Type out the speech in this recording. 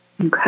Okay